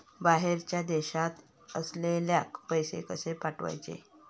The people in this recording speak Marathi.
बाहेरच्या देशात असलेल्याक पैसे कसे पाठवचे?